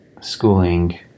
schooling